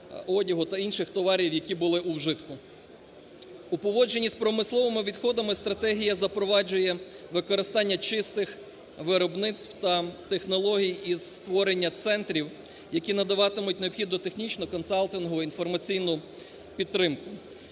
У поводженні з промисловими відходами Стратегія запроваджує використання чистих виробництв та технологій і створення центрів, які надаватимуть необхідну технічну, консалтингову, інформаційну підтримку.